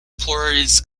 employees